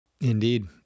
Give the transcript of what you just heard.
Indeed